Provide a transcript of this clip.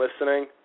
listening